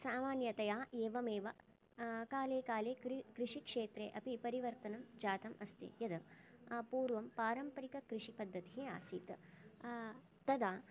सामान्यतया एवमेव काले काले कृषिक्षेत्रे अपि परिवर्तनं जातम् अस्ति यत् पूर्वं पारम्परिककृषिपद्धतिः आसीत् तदा